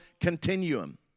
continuum